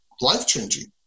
life-changing